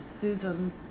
Susan